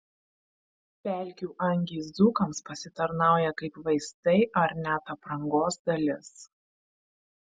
pelkių angys dzūkams pasitarnauja kaip vaistai ar net aprangos dalis